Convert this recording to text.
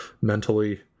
mentally